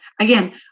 again